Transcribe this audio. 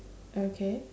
okay